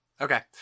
Okay